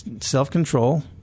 self-control